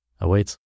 awaits